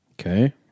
Okay